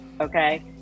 okay